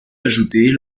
ajoutées